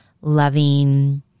loving